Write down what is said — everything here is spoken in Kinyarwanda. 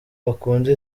bakunda